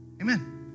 Amen